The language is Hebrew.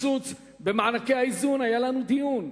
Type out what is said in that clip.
הקיצוץ במענקי האיזון, היה לנו דיון,